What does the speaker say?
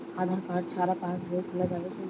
আধার card ছাড়া পাশবই খোলা যাবে কি?